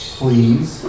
please